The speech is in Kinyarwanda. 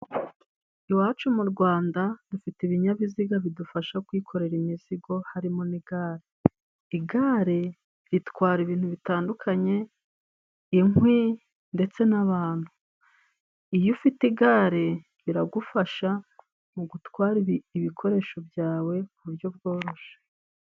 Iwacu mu rwanda dufite ibinyabiziga bidufasha kwikorera imizigo harimo ni'igare igare ritwara ibintu bitandukanye inkwi ndetse n'abantu iyo ufite igare riragufasha mugutwara ibikoresho byawe ku buryo bworoshe.